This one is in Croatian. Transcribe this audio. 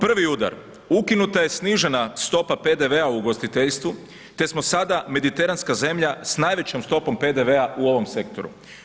Prvi udar, ukinuta je snižena stopa PDV-a u ugostiteljstvu te smo sada mediteranska zemlja s najvećom stopom PDV-a u ovom sektoru.